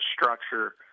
structure